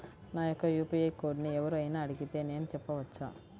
నా యొక్క యూ.పీ.ఐ కోడ్ని ఎవరు అయినా అడిగితే నేను చెప్పవచ్చా?